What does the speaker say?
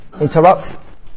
interrupt